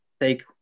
take